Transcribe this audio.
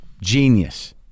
genius